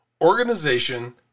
organization